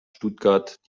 stuttgart